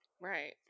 Right